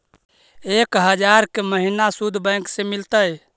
एक हजार के महिना शुद्ध बैंक से मिल तय?